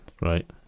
Right